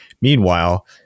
meanwhile